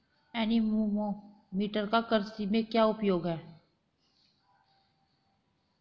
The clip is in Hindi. एनीमोमीटर का कृषि में क्या उपयोग है?